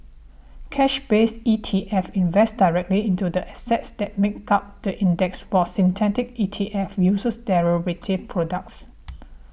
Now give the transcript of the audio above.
cash based E T F invest directly into the assets that make up the index while synthetic E T F use derivative products